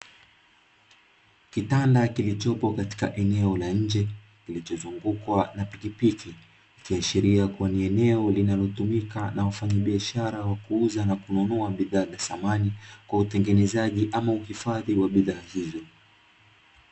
Kitanda kilichopo katika eneo la njee kilichozungukwa na pikipiki, kikiashiri kua ni enelo linalotumika na wafanyabiashara wa kuuza na kununua bidhaa za samani kwa utengenezaji ama uhifadhi wa bidhaa izo.